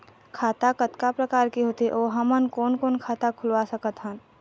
खाता कतका प्रकार के होथे अऊ हमन कोन कोन खाता खुलवा सकत हन?